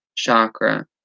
chakra